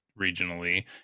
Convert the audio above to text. regionally